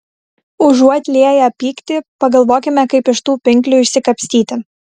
užuot lieję pyktį pagalvokime kaip iš tų pinklių išsikapstyti